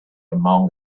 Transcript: among